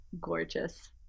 gorgeous